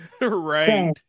Right